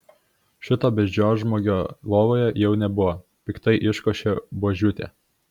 šito beždžionžmogio lovoje jau nebuvo piktai iškošė buožiūtė